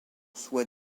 soit